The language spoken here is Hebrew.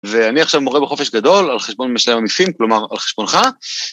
ואני עכשיו מורה בחופש גדול על חשבון משלם הניסים, כלומר על חשבונך.